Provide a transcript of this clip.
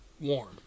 warm